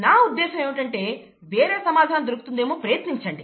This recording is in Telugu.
నా ఉద్దేశ్యం ఏంటంటే వేరే సమాధానం దొరుకుతుందేమో ప్రయత్నించండి